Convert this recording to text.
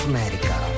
America